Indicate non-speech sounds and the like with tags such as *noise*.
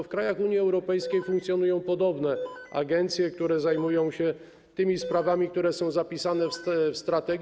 W krajach Unii Europejskiej funkcjonują podobne agencje, które zajmują się *noise* sprawami, które są zapisane w strategii.